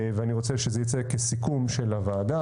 ואני רוצה שזה ייצא כסיכום של הוועדה,